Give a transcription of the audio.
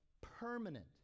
permanent